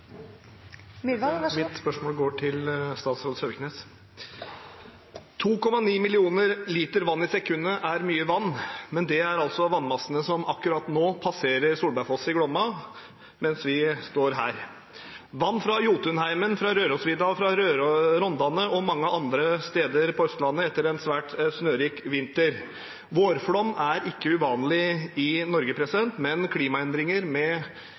spørsmål går til statsråd Søviknes. 2,9 mill. liter vann i sekundet er mye vann, men det er vannmassene som akkurat nå passerer Solbergfoss i Glomma, mens vi står her – vann fra Jotunheimen, fra Rørosvidda, fra Rondane og fra mange andre steder på Østlandet etter en svært snørik vinter. Vårflom er ikke uvanlig i Norge, men klimaendringer – med